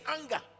anger